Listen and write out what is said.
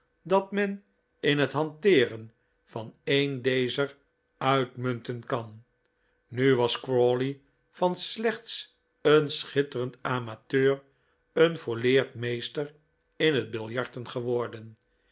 dat men in het hanteeren van een dezer uitmunten kan nu was crawley van slechts een schitterend amateur een volleerd meester in het biljarten geworden